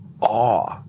awe